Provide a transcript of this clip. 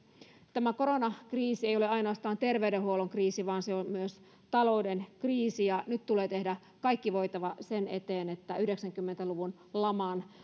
tämä koronakriisi ei ole ainoastaan terveydenhuollon kriisi vaan se on myös talouden kriisi ja nyt tulee tehdä kaikki voitava sen eteen että yhdeksänkymmentä luvun laman